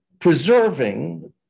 preserving